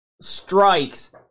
Strikes